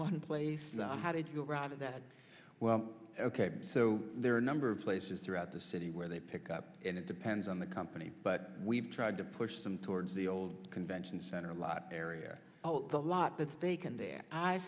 one place and how did you arrive at that well ok so there are a number of places throughout the city where they pick up and it depends on the company but we've tried to push them towards the old convention center a lot area a lot at stake and their eyes